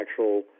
actual